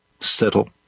Settle